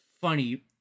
funny